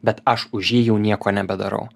bet aš už jį jau nieko nebedarau